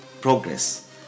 progress